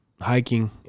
hiking